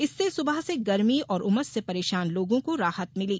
इससे सुबह से गर्मी और उमस से परेशान लोगों को राहत मिली